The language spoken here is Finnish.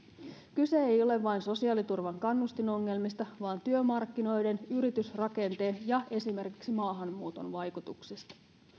kyse ei ole vain sosiaaliturvan kannustinongelmista vaan työmarkkinoiden yritysrakenteen ja esimerkiksi maahanmuuton vaikutuksista